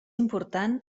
important